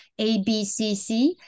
ABCC